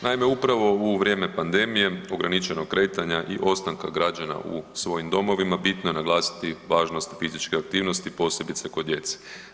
Naime, upravo u vrijeme pandemije, ograničenog kretanja i ostanka građana u svojim domovima, bitno je naglasiti važnost fizičke aktivnosti posebice kod djece.